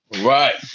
Right